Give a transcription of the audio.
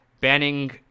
banning